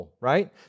right